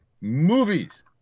movies